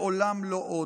לעולם לא עוד.